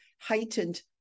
heightened